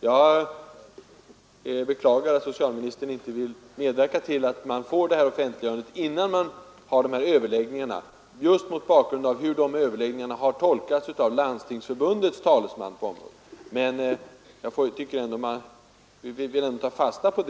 Jag beklagar att socialministern inte vill medverka till ett offentliggörande innan dessa överläggningar hålls, just mot bakgrund av hur de överläggningarna har tolkats av Landstingsförbundets talesman på området. Jag vill emellertid ändå ta fasta på